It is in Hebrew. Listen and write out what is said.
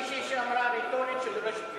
היתה מישהי שאמרה רטורית שדורשת,